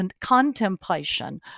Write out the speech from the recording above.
contemplation